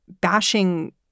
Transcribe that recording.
bashing